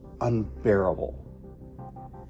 unbearable